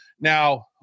Now